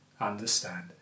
understand